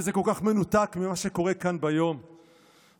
וזה כל כך מנותק ממה שקורה כאן היום בכנסת.